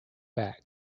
back